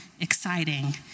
exciting